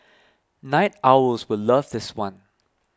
night owls will love this one